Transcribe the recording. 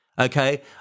okay